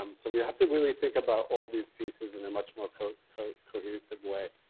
um so we have to really think about all these pieces in a much more cohesive way.